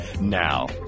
Now